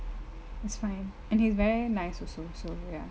it's fine and he is very nice also so ya